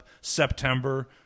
September